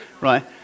Right